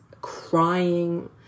crying